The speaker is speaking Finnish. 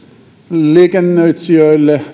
liikennöitsijöille